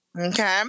Okay